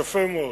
יפה מאוד.